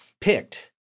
picked